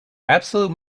absolute